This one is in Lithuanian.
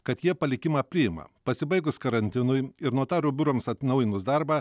kad jie palikimą priima pasibaigus karantinui ir notarų biurams atnaujinus darbą